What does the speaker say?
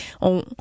On